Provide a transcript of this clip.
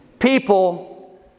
People